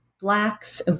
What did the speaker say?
Blacks